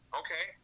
okay